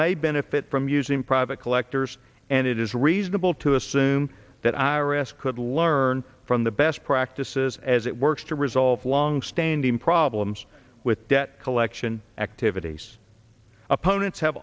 may benefit from using private collectors and it is reasonable to assume that i r s could learn from the best practices as it works to resolve long standing problems with debt collection activities opponents have